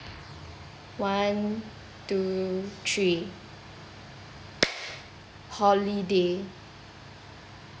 one two three holiday